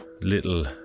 little